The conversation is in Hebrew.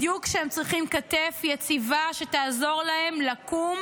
בדיוק כשהם צריכים כתף יציבה שתעזור להם לקום,